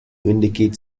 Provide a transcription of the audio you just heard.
indicate